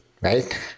right